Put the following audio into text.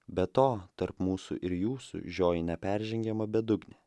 be to tarp mūsų ir jūsų žioji neperžengiama bedugnė